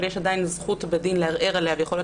אבל יש עדיין זכות בדין לערער עליה ויכול להיות